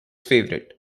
favorite